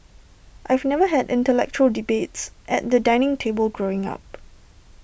I've never had intellectual debates at the dining table growing up